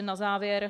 Na závěr.